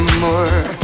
more